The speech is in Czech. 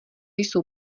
jsou